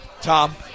Tom